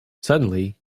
suddenly